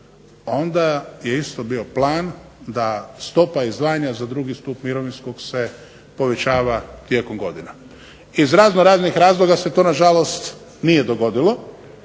onda je isto bio plan da stopa izdvajanja za drugi stup mirovinskog se povećava tijekom godina. Iz razno raznih razloga se to na žalost nije dogodilo,